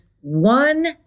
one